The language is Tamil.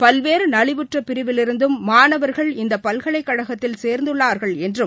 பல்வேறு நலிவுற்ற பிரிவிலிருந்தும் மாணவர்கள் இந்த பல்கலைகழகத்தில் சேர்ந்துள்ளார்கள் என்றும்